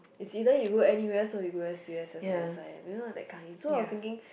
is either you go n_u_s or you go s_u_s_s or s_i_m you know that kind so I was thinking